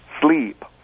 sleep